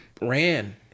ran